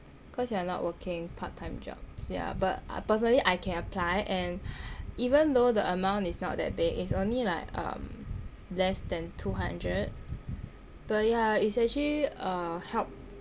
because you're not working part time jobs ya but personally I can apply and even though the amount is not that big it's only like um less than two hundred but yah it's actually uh help